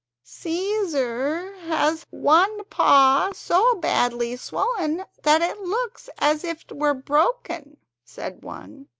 caesar has one paw so badly swollen that it looks as if it were broken said one.